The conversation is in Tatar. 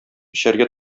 эчәргә